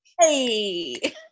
Hey